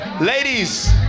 Ladies